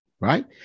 right